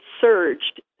surged